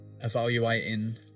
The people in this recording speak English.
evaluating